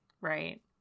Right